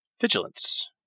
Vigilance